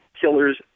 killers